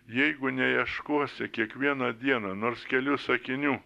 jeigu neieškosi kiekvieną dieną nors kelių sakinių